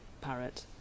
parrot